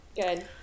good